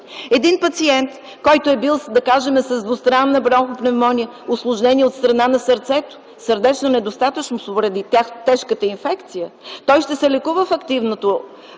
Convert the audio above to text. Един пациент, който е бил, да кажем, с двустранна бронхопневмония, усложнения от страна на сърцето, сърдечна недостатъчност, поради тежката инфекция, той ще се лекува в активната